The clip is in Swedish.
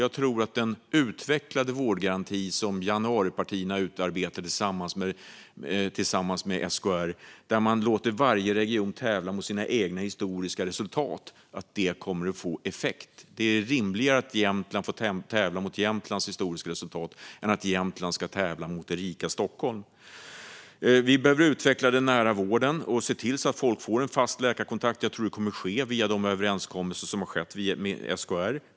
Jag tror att den utvecklade vårdgaranti som januaripartierna utarbetat tillsammans med SKR, där man låter varje region tävla mot sina egna historiska resultat, kommer att få effekt. Det är rimligare att Jämtland får tävla mot Jämtlands historiska resultat än att Jämtland ska tävla mot det rika Stockholm. Vi behöver utveckla den nära vården och se till att folk får en fast läkarkontakt. Jag tror att detta kommer att ske genom överenskommelserna med SKR.